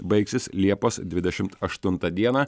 baigsis liepos dvidešim aštuntą dieną